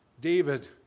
David